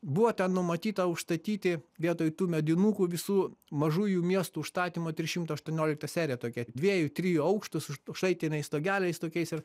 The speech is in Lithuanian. buvo ten numatyta užstatyti vietoj tų medinukų visų mažųjų miestų užstatymo trys šimtai aštuoniolikta serija tokia dviejų trijų aukštų su šlaitiniais stogeliais tokiais ir